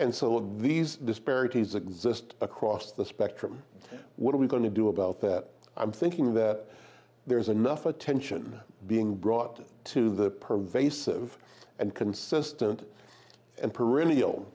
and so these disparities exist across the spectrum what are we going to do about i'm thinking that there's enough attention being brought to the pervasive and consistent and perennial